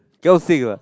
cannot sing lah